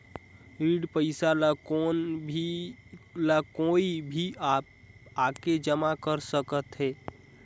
ऋण पईसा ला कोई भी आके जमा कर सकथे?